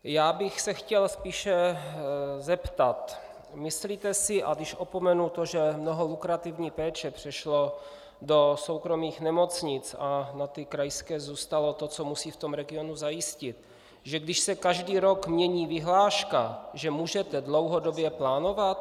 Já bych se chtěl spíše zeptat: Myslíte si, a když opomenu to, že mnoho lukrativní péče přešlo do soukromých nemocnic a na ty krajské zůstalo to, co musí v tom regionu zajistit, že když se každý rok mění vyhláška, že můžete dlouhodobě plánovat?